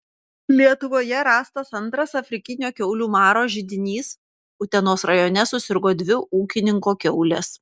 lietuvoje rastas antras afrikinio kiaulių maro židinys utenos rajone susirgo dvi ūkininko kiaulės